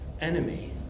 enemy